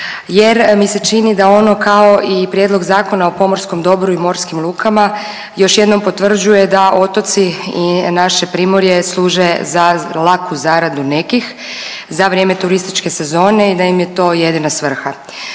jer mi se čini da ono kao i Prijedlog zakona o pomorskom dobru i morskim lukama još jednom potvrđuje da otoci i naše Primorje služe za laku zaradu nekih za vrijeme turističke sezone i da im je to jedina svrha.